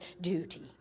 duty